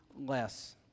less